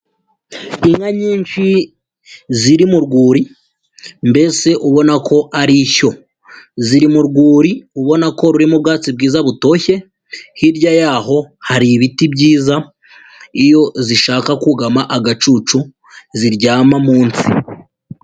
Inka nyinshi ziri mu rwuri mbese ubona ko ari ishyo, ziri mu rwuri ubona ko rurimo ubwatsi bwiza butoshye, hirya yaho hari ibiti byiza iyo zishaka kugama agacucu ziryama munsi.